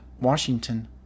Washington